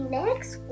next